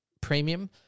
premium